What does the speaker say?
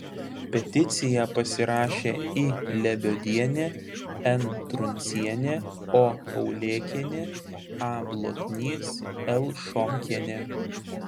peticiją pasirašė i lebiodienė n truncienė o paulėkienė a blotnys l šomkienė